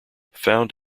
found